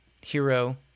hero